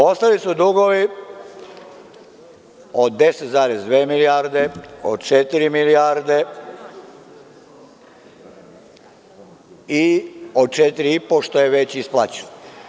Ostali su dugovi od 10,2 milijarde, od četiri milijarde i od četiri i po, što je već isplaćeno.